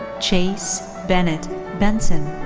chase bennett benson.